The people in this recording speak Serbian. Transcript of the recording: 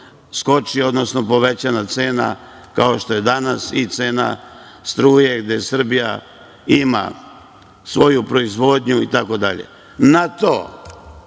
odnosno povećana cena kao što je danas i cena struje, gde Srbija ima svoju proizvodnju i tako dalje. I šta